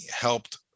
helped